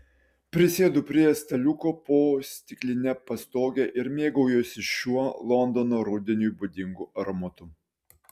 prisėdu prie staliuko po stikline pastoge ir mėgaujuosi šiuo londono rudeniui būdingu aromatu